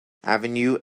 avenue